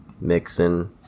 mixing